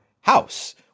House